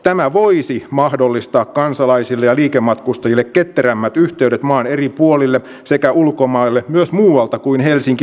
tämä voisi mahdollistaa kansalaisille ja liikematkustajille ketterämmät yhteydet maan eri puolille sekä ulkomaille myös muualta kuin helsinki vantaalta